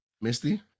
Misty